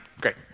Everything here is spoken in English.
Great